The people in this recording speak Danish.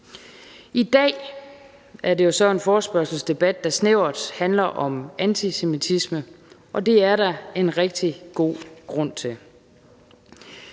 I dag er det jo så en forespørgselsdebat, der snævert handler om antisemitisme, og det er der en rigtig god grund til.